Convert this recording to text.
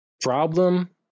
Problem